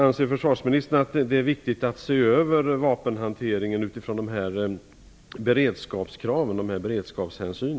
Anser försvarsministern att det är viktigt att se över vapenhanteringen utifrån beredskapskraven och beredskapshänsyn?